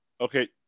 okay